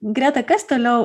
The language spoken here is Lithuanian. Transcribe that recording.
greta kas toliau